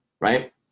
right